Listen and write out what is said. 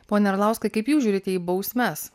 pone arlauskai kaip jūs žiūrite į bausmes